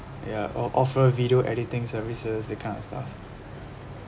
ya or offer video editing services that kind of stuff